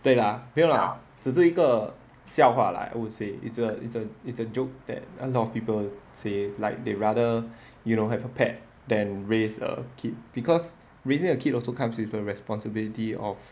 对啦没有啦只是一个笑话啦 I would say it's a it's a it's a joke that a lot of people say like they rather you know have a pet then raise a kid because raising a kid also comes with a responsibility of